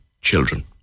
children